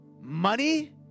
Money